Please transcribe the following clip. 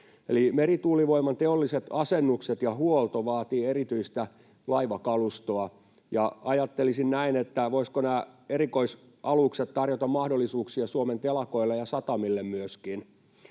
merituulivoiman teolliset asennukset ja huolto vaativat erityistä laivakalustoa, ja ajattelisin näin, että voisivatko nämä erikoisalukset tarjota mahdollisuuksia Suomen telakoille ja satamille myöskin.